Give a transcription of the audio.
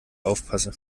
aufpasse